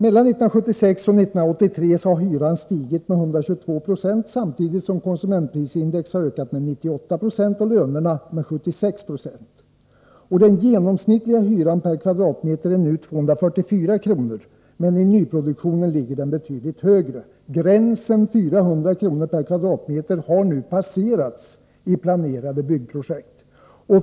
Mellan 1976 och 1983 har hyran stigit med 12296c, samtidigt som konsumentprisindex ökat med 9890 och lönerna med 7696. Den genomsnittliga hyran per kvadratmeter är nu 244 kr., men i nyproduktionen ligger den betydligt högre. Gränsen 400 kr. per kvadratmeter har nu passerats i planerade byggprojekt.